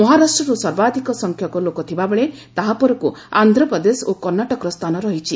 ମହାରାଷ୍ଟ୍ରର ସର୍ବାଧିକ ସଂଖ୍ୟକ ଲୋକ ଥିବା ବେଳେ ତାହାପରକୁ ଆନ୍ଧ୍ରପ୍ରଦେଶ ଓ କର୍ଣ୍ଣାଟକର ସ୍ଥାନ ରହିଛି